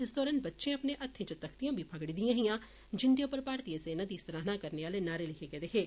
इस दौरान बच्चें आने हत्थे च तख्तियां बी फगड़ी दियां हियां जिन्दे उप्पर मारतीय सेना दी सराहना करने आले नारे लिखे दे हे